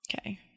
Okay